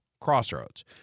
crossroads